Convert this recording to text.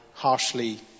Harshly